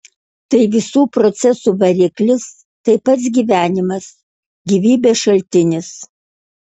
tai visų procesų variklis tai pats gyvenimas gyvybės šaltinis